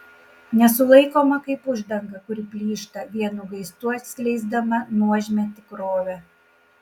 nesulaikoma kaip uždanga kuri plyšta vienu gaistu atskleisdama nuožmią tikrovę